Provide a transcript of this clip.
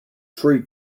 tree